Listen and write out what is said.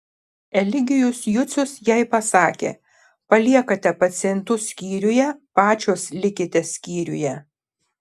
eligijus jucius jai pasakė paliekate pacientus skyriuje pačios likite skyriuje